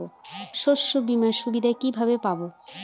শস্যবিমার সুবিধা কিভাবে পাবো?